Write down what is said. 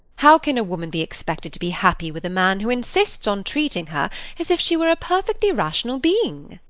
how can a woman be expected to be happy with a man who insists on treating her as if she were a perfectly rational being?